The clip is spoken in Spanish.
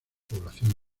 población